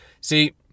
See